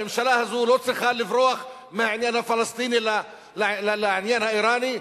הממשלה הזאת לא צריכה לברוח מהעניין הפלסטיני לעניין האירני,